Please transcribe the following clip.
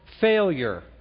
Failure